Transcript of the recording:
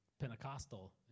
Pentecostal